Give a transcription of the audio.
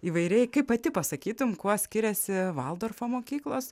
įvairiai kaip pati pasakytum kuo skiriasi valdorfo mokyklos